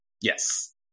Yes